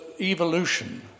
evolution